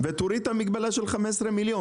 ותוריד את המגבלה של ה-15 מיליון